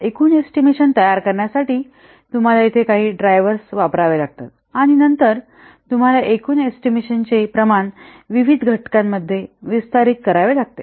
एकूण एस्टिमेशन तयार करण्यासाठी तुम्हाला येथे काही ड्रायव्हर्स वापरावे लागतात आणि नंतर तुम्हाला एकूण एस्टिमेशनचे प्रमाण विविध घटकांमध्ये वितरित करावे लागते